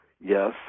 Yes